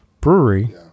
brewery